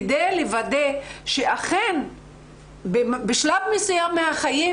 כדי לוודא שאכן בשלב מסוים מהחיים,